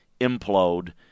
implode